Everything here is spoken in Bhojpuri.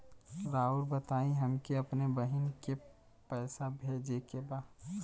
राउर बताई हमके अपने बहिन के पैसा भेजे के बा?